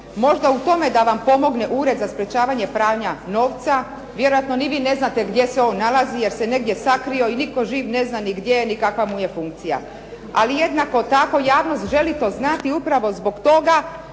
možda u tome da vam pomogne Ured za sprečavanja pranja novca. Vjerojatno ni vi ne znate gdje se on nalazi, jer se negdje sakrio i nitko živ ne zna ni gdje je ni kakva mu je funkcija. Ali jednako tako javnost želi to znati upravo zbog toga